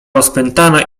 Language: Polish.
rozpętana